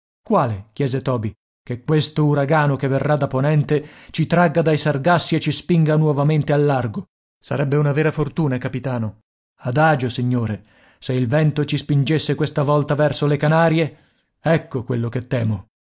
quale chiese toby che questo uragano che verrà da ponente ci tragga dai sargassi e ci spinga nuovamente al largo sarebbe una vera fortuna capitano adagio signore se il vento ci spingesse questa volta verso le canarie ecco quello che temo